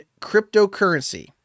cryptocurrency